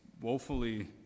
woefully